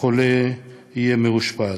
החולה יהיה מאושפז.